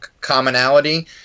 commonality